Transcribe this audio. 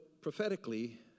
prophetically